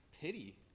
Pity